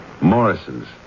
Morrison's